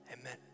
amen